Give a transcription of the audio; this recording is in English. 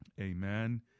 amen